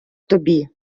тобі